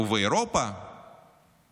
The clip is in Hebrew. ובאירופה